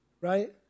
Right